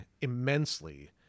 immensely